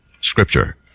scripture